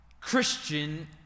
Christian